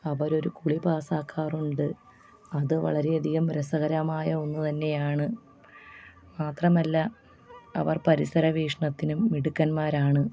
അവരൊരു കുളി പാസാക്കാറുണ്ട് അത് വളരെയധികം രസകരമായ ഒന്ന് തന്നെയാണ് മാത്രമല്ല അവർ പരിസര വീക്ഷണത്തിനും മിടുക്കൻമാരാണ്